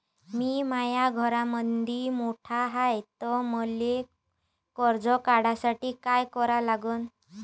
मी माया घरामंदी मोठा हाय त मले कर्ज काढासाठी काय करा लागन?